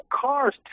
cars